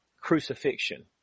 crucifixion